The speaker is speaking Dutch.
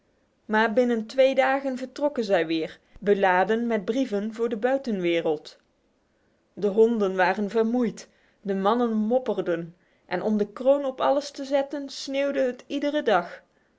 maar binnen twee dagen vertrokken zij weer beladen met brieven voor de buitenwereld de honden waren vermoeid de mannen mopperden en om de kroon op alles te zetten sneeuwde het iedere dag